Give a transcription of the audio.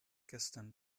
gestern